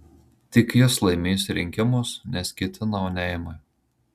tik jis laimės rinkimus nes kiti nauneimai